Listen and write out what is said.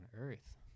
Earth